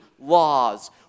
laws